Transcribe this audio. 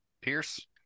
Pierce